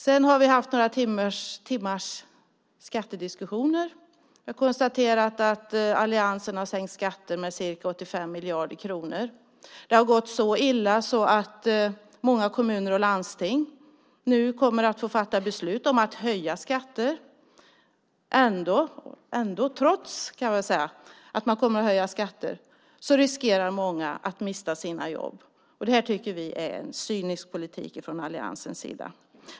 Vi har här också haft några timmars skattediskussioner och konstaterat att alliansen har sänkt skatter med ca 85 miljarder kronor. Det är nu så illa att många kommuner och landsting kommer att få fatta beslut om skattehöjningar. Trots att man kommer att höja skatter riskerar många människor att mista jobbet. Vi tycker att det är en cynisk politik från alliansens sida.